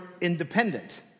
independent